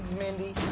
mindy.